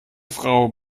frau